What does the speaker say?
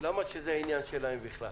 למה שזה יהיה עניין שלהם בכלל?